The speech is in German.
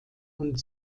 und